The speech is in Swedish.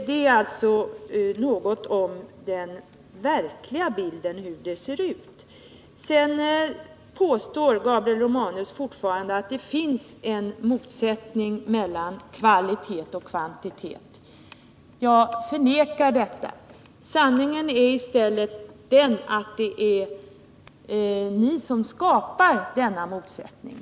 Detta är alltså något av den verkliga bilden — hur det ser ut. Gabriel Romanus påstår fortfarande att det finns en motsättning mellan kvalitet och kvantitet. Jag förnekar detta. Sanningen är i stället att det är ni som skapar denna motsättning.